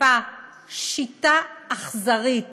שיטה אכזרית